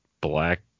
black